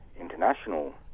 international